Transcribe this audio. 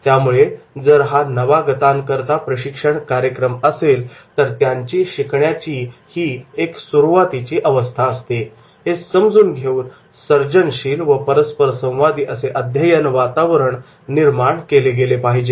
त्यामुळे जर हा नवागतांकरता प्रशिक्षण कार्यक्रम असेल तर त्यांची शिकण्याची ही एक सुरुवातीची अवस्था असते हे समजून घेऊन सर्जनशील व परस्परसंवादी असे अध्ययन वातावरण निर्माण केले गेले पाहिजे